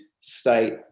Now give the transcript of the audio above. state